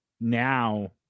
now